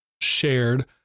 shared